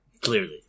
clearly